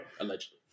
Allegedly